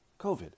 COVID